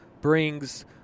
brings